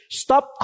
stop